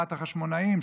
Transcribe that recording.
לעומת החשמונאים,